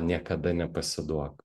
niekada nepasiduok